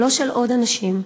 ולא של עוד אנשים,